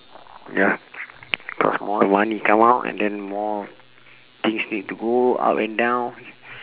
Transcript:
ya cause more money come out and then more things need to go up and down